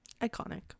Iconic